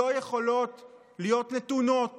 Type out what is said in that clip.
לא יכולות להיות נתונות